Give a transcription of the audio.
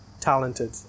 talented